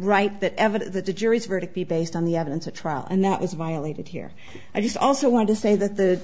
right that evidence that the jury's verdict be based on the evidence at trial and that is violated here i just also want to say that the